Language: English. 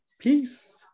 Peace